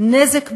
נזק בין-לאומי,